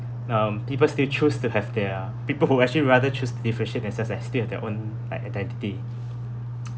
now um people still choose to have their people who actually rather choose differentiate and says they still have their own like identity